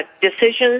decisions